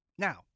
Now